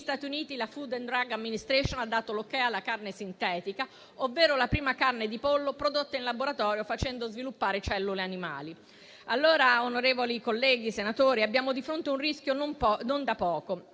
Stati Uniti la Food and drug administration ha dato l'ok alla carne sintetica, ovvero la prima carne di pollo prodotta in laboratorio facendo sviluppare cellule animali, allora, onorevoli colleghi senatori, abbiamo di fronte un rischio non da poco.